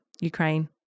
Ukraine